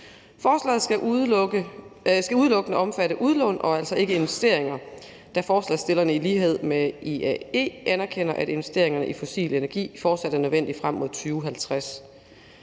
Forslaget skal udelukkende omfatte udlån – og altså ikke investeringer – da forslagsstillerne i lighed med IAE anerkender, at investeringerne i fossil energi fortsat er nødvendige frem mod 2050.